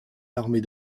l’armée